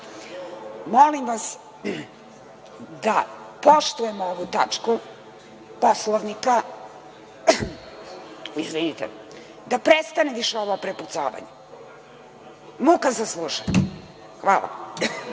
Molim vas da poštujemo ovu tačku Poslovnika, da prestane više ovo prepucavanje, muka za slušanje. Hvala.